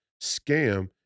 scam